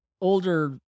older